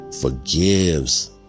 forgives